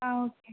ஆ okay